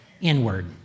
inward